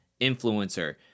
influencer